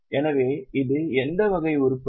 எனவே இது எந்த வகை உருப்படி